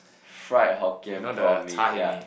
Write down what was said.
fried hokkien prawn mee ya